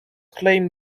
claim